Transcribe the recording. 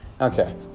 Okay